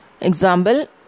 Example